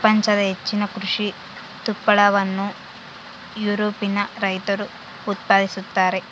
ಪ್ರಪಂಚದ ಹೆಚ್ಚಿನ ಕೃಷಿ ತುಪ್ಪಳವನ್ನು ಯುರೋಪಿಯನ್ ರೈತರು ಉತ್ಪಾದಿಸುತ್ತಾರೆ